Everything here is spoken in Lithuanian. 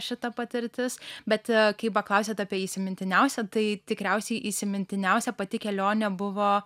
šita patirtis bet kai paklausėt apie įsimintiniausią tai tikriausiai įsimintiniausia pati kelionė buvo